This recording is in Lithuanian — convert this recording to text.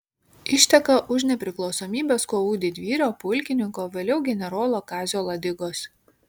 išteka už nepriklausomybės kovų didvyrio pulkininko vėliau generolo kazio ladigos